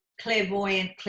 Clairvoyant